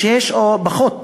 שישה או פחות,